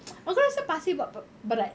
aku rasa pasir buat berat